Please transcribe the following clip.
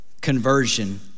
conversion